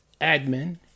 admin